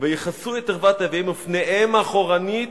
"ויכסו את ערות אביהם, ופניהם אחרנית